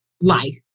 life